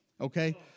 okay